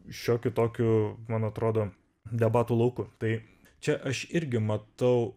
šiokiu tokiu man atrodo debatų lauku tai čia aš irgi matau